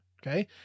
Okay